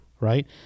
right